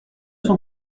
son